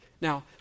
Now